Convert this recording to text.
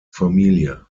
familie